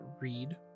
read